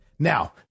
Now